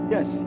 Yes